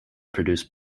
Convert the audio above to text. produce